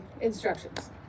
instructions